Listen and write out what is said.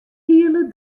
hiele